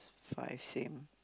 five same